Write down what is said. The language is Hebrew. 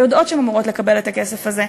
ויודעות שהן אמורות לקבל את הכסף הזה,